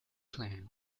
clan